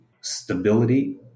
stability